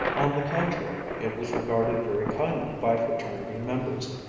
on the contrary it was regarded very kindly by fraternity members,